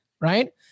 right